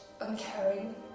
uncaring